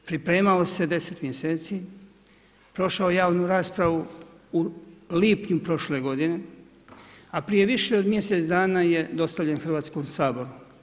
Pripremao se 10 mjeseci, prošao javu raspravu u lipnju prošle godine, a prije više od mjesec dana dostavljen Hrvatskom saboru.